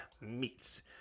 meats